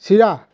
চিৰা